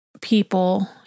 people